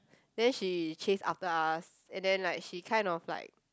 then she chase after us and then like she kind of like